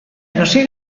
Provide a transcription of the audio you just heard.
erosi